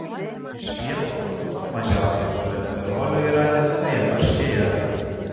iš pieno produktų mažiausiai cholesterolio yra liesoje varškėje